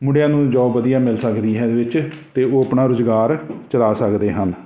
ਮੁੰਡਿਆਂ ਨੂੰ ਜੋਬ ਵਧੀਆ ਮਿਲ ਸਕਦੀ ਹੈ ਇਹਦੇ ਵਿੱਚ ਅਤੇ ਉਹ ਆਪਣਾ ਰੁਜ਼ਗਾਰ ਚਲਾ ਸਕਦੇ ਹਨ